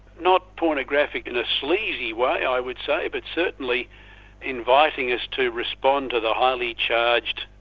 not pornographic in a sleazy way i would say, but certainly inviting us to respond to the highly charged,